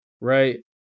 right